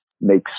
makes